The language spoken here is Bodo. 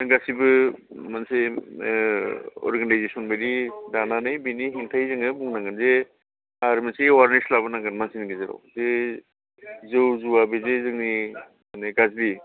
जों गासिबो मोनसे अर्गेनाइजेसन बायदि दानानै बेनि हेंथायै जोङो बुंनांगोन जे सार मोनसे एवारनेस लाबोनांगोन मानसिनि गेजेराव बे जौ जुवा बिदि जोंनि माने गाज्रि